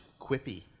quippy